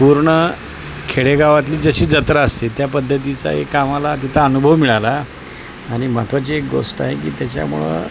पूर्ण खेडेगावातली जशी जत्रा असते त्या पद्धतीचा एक आम्हाला तिथं अनुभव मिळाला आणि महत्त्वाची एक गोष्ट आहे की त्याच्यामुळं